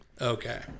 Okay